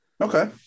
Okay